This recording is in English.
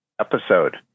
episode